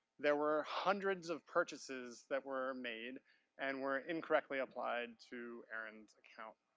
there were hundreds of purchases that were made and were incorrectly applied to aaron's account.